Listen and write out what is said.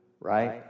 right